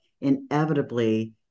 inevitably